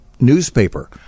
newspaper